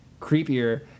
creepier